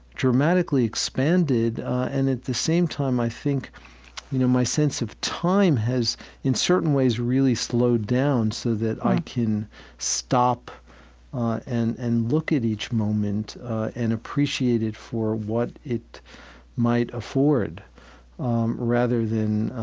dramatically expanded and, at the same time, i think you know my sense of time has in certain ways really slowed down so that i can stop and and look at each moment and appreciate it for what it might afford rather than